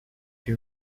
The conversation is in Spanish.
que